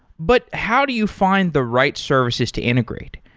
but how do you find the right services to integrate?